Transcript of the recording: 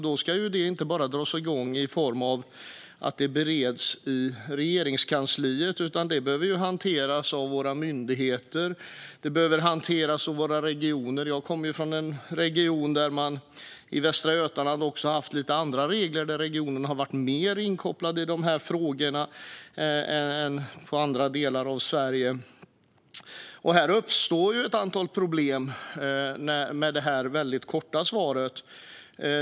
Då ska det inte bara dras igång i form av att det bereds i Regeringskansliet, utan det behöver hanteras av våra myndigheter och regioner. Jag kommer ju från en region - Västra Götaland - där man har haft lite andra regler och där regionen har varit mer inkopplad i dessa frågor än i andra delar av Sverige. Det uppstår ett antal problem med detta väldigt korta svar.